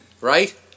right